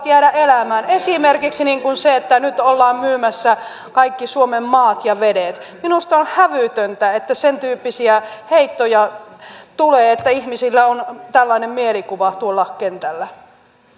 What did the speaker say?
jäädä elämään esimerkiksi se että nyt ollaan myymässä kaikki suomen maat ja vedet minusta on hävytöntä että sen tyyppisiä heittoja tulee että ihmisillä on tällainen mielikuva tuolla kentällä